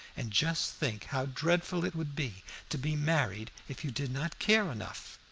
and just think how dreadful it would be to be married if you did not care enough!